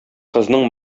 кызның